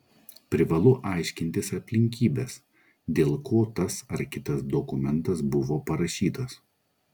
privalu aiškintis aplinkybes dėl ko tas ar kitas dokumentas buvo parašytas